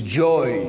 joy